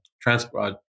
transport